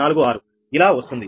3846ఇలా వస్తుంది